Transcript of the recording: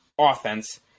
offense